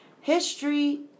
History